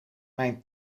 mijn